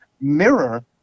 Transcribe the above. mirror